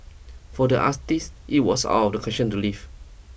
for the us teas it was out of the question to leave